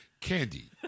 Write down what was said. candy